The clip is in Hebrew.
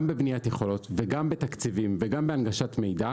בבניית יכולות; גם בתקציבים; וגם בהנגשת מידע